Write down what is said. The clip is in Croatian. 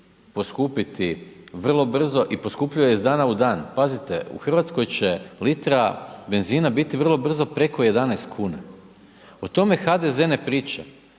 poskupiti vrlo brzo i poskupljuje iz dana u dan. Pazite, u Hrvatskoj će litra benzina biti vrlo brzo preko 11 kuna. O tome HDZ ne priča.